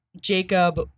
Jacob